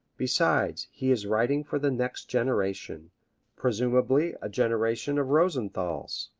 besides, he is writing for the next generation presumably a generation of rosenthals.